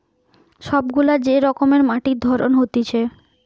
সব গুলা যে রকমের মাটির ধরন হতিছে